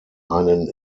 einen